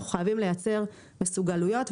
אנחנו חייבים לייצר מסוגלויות,